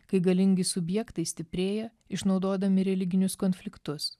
kai galingi subjektai stiprėja išnaudodami religinius konfliktus